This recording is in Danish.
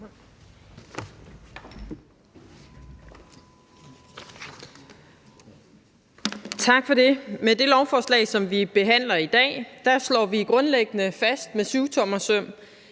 Tak for det. Med det lovforslag, som vi behandler i dag, slår vi grundlæggende fast med syvtommersøm,